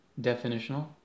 definitional